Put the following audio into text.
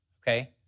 Okay